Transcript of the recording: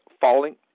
falling